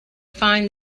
find